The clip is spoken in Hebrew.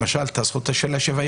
למשל את זכות השוויון.